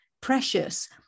precious